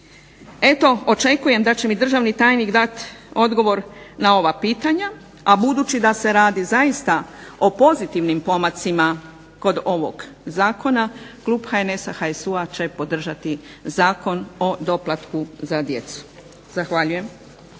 Eto očekujem da će mi državni tajnik dati odgovor na ova pitanja, a budući da se radi zaista o pozitivnim pomacima kod ovog zakona, klub HNS-a, HSU-a će podržati Zakon o doplatku za djecu. Zahvaljujem.